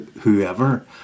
whoever